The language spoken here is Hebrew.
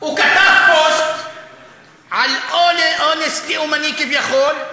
הוא כתב פוסט על אונס לאומני, כביכול,